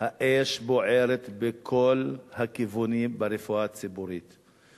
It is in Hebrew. האש בוערת בכל הכיוונים ברפואה הציבורית.